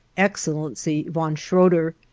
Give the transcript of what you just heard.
excellency von schroder,